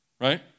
Right